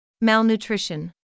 Malnutrition